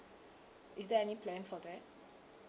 is there any plan for that